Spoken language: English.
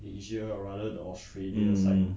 mmhmm